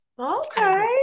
Okay